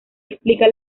explica